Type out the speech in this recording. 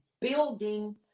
building